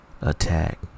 attack